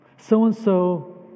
so-and-so